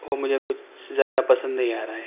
وہ مجھے کچھ زیادہ پسند نہیں آ رہا ہے